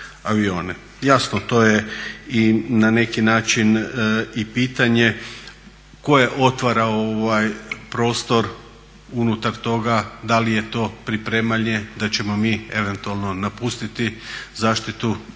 Jasno, to je i na neki način i pitanje koje otvara prostor unutar toga da li je to pripremanje da ćemo mi eventualno napustiti zaštitu našeg